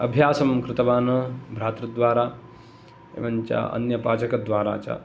अभ्यासं कृतवान् भ्रातृ द्वारा एवञ्च अन्य पाचकद्वारा च